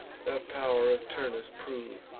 the pow'r of turnus prove,